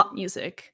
music